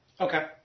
Okay